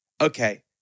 okay